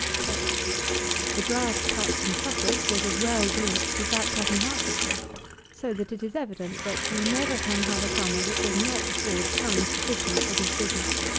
k the grass cut in sussex was as well bleached as that cut in hertfordshire so that it is evident that we never can have a summer that will not afford sun sufficient for this business.